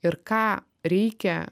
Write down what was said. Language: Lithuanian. ir ką reikia